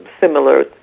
similar